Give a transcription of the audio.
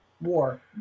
War